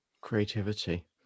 Creativity